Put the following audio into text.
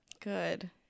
Good